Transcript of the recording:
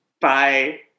Bye